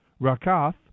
Rakath